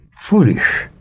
foolish